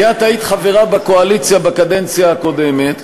כי את היית חברה בקואליציה בקדנציה הקודמת,